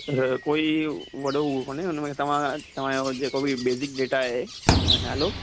sir कोई वॾो हू कोन्हे हुनमें तव्हांखां तव्हांजो जेको बि बेसिक डेटा आहे त अन हलो